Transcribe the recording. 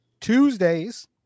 Tuesdays